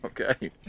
Okay